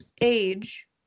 age